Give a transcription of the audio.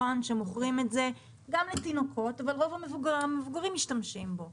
שמוכרים את זה גם לתינוקות אבל גם המבוגרים משתמשים בזה.